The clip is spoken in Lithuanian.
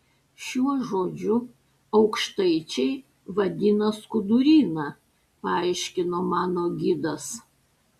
šiuo žodžiu aukštaičiai vadina skuduryną paaiškino mano gidas